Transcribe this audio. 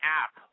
app